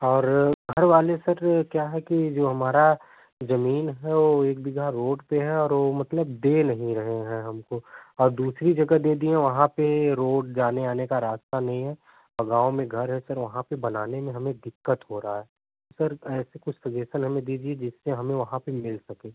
और घरवाले सर क्या है कि जो हमारा जमीन है वो एक बीघा रोड पर है और वो मतलब दे नहीं रहे हैं हमको और दूसरी जगह दे दिए वहाँ पर रोड जाने आने का रास्ता नहीं है और गाँव में घर है सर वहाँ पर बनाने में हमे दिक्कत हो रहा है सर ऐसे कुछ सजेसन हमें दीजिए जिससे हमें वहाँ पर मिल सके